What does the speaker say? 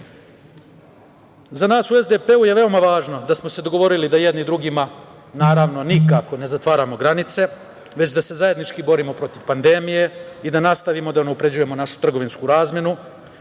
nas u SDP-u je veoma važno da smo se dogovorili da jedni drugima, naravno, nikako ne zatvaramo granice, već da se zajednički borimo protiv pandemije i da nastavimo da unapređujemo našu trgovinsku razmenu